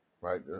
Right